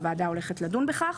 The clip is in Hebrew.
הוועדה הולכת לדון בכך.